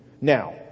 Now